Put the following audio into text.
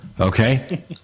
Okay